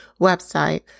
website